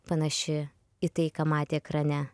panaši į tai ką matė ekrane